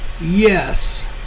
Yes